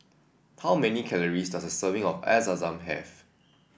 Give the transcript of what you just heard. how many calories does a serving of Air Zam Zam have